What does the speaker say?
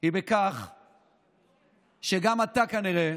היא שגם אתה כנראה